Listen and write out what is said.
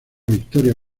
victoria